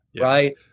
right